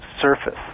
surface